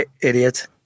Idiot